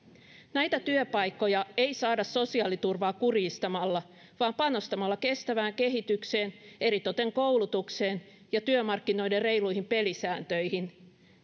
näitä työpaikkoja ei saada sosiaaliturvaa kurjistamalla vaan panostamalla kestävään kehitykseen eritoten koulutukseen ja työmarkkinoiden reiluihin pelisääntöihin